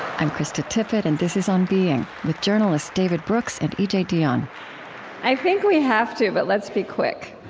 i'm krista tippett, and this is on being, with journalists david brooks and e j. dionne i think we have to, but let's be quick